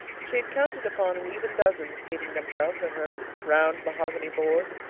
she had counted upon an even dozen seating themselves at her round mahogany board,